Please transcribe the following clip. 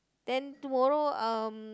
then tomorrow um